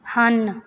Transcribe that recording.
ਹਨ